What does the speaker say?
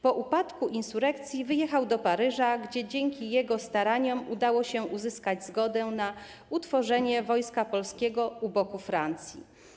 Po upadku insurekcji wyjechał do Paryża, gdzie dzięki jego staraniom udało się uzyskać zgodę na utworzenie wojska polskiego u boku Francji.